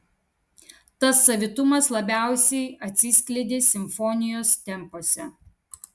tas savitumas labiausiai atsiskleidė simfonijos tempuose